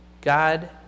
God